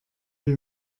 lui